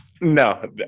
No